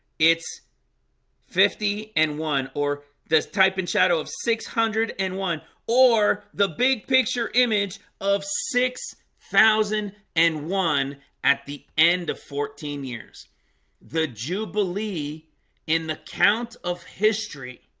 it's fifty and one or this type and shadow of six hundred and one or the big picture image of six thousand and one at the end of fourteen years the jubilee in the count of history